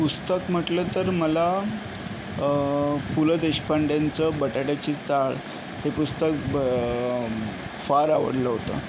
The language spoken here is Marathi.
पुस्तक म्हटलं तर मला पु ल देशपांडेंचं बटाट्याची चाळ हे पुस्तक ब फार आवडलं होतं